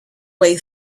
way